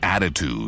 Attitude